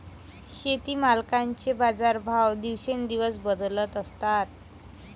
शेतीमालाचे बाजारभाव दिवसेंदिवस बदलत असतात